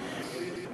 ג.